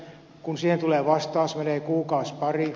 kun siihen tulee vastaus menee kuukausi pari